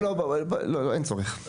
לא, לא, אין צורך.